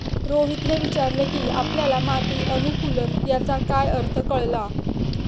रोहितने विचारले की आपल्याला माती अनुकुलन याचा काय अर्थ कळला?